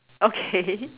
okay